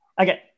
Okay